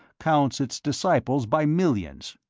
counts its disciples by millions?